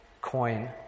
coin